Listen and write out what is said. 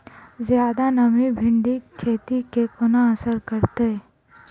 जियादा नमी भिंडीक खेती केँ कोना असर करतै?